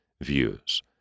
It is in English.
views